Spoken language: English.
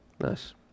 nice